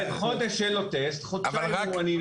חודש אין לו טסט, חודשיים אני ממתין.